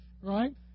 right